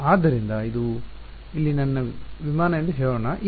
ಆದ್ದರಿಂದ ಇದು ಇಲ್ಲಿ ನನ್ನ ವಿಮಾನ ಎಂದು ಹೇಳೋಣ